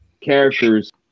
characters